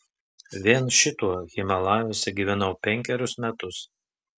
vien šituo himalajuose gyvenau penkerius metus